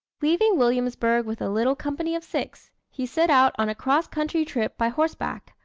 leaving williamsburg with a little company of six, he set out on a cross-country trip by horseback,